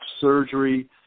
surgery